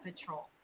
patrol